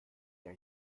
der